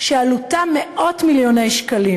שעלותן מאות מיליוני שקלים,